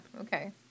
Okay